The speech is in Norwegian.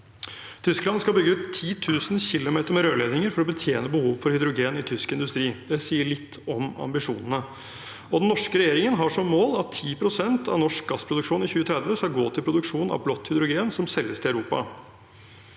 Tyskland skal bygge ut 10 000 km med rørledninger for å betjene behovet for hydrogen i tysk industri. Det sier litt om ambisjonene. Den norske regjeringen har som mål at 10 pst. av norsk gassproduksjon i 2030 skal gå til produksjon av blått hydrogen som selges til Tyskland.